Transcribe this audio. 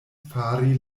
fari